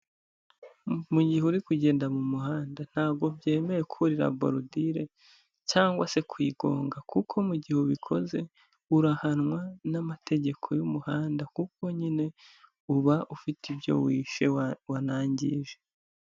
Mu gihe uri kugenda mu muhanda ntabwo byemeye kurira bolodire cyangwa se kwiyogonga, kuko mu gihe ubikoze urahanwa n'amategeko yo mu muhanda, kuko nyine uba ufite ibyo wishe wanangije.